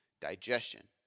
digestion